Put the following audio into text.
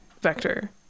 vector